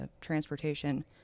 Transportation